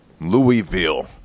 Louisville